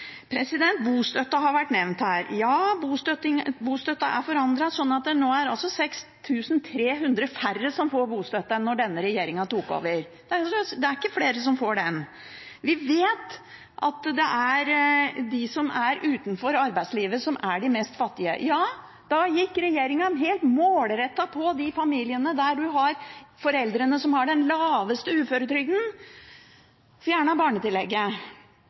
har vært nevnt her. Ja, bostøtten er forandret, sånn at det nå er 6 300 færre som får bostøtte enn da denne regjeringen tok over. Det er ikke flere som får den. Vi vet at det gjelder de som er utenfor arbeidslivet, som er de fattigste, og da gikk regjeringen helt målrettet og fjernet barnetillegget for de familiene med foreldre som har den laveste uføretrygden.